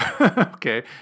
Okay